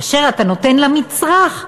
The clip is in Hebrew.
כאשר אתה נותן למצרך,